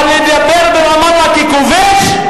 אבל לדבר ברמאללה ככובש,